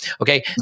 Okay